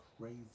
Crazy